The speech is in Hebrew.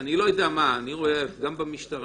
אני לא יודע מה אני רואה גם במשטרה,